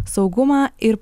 saugumą ir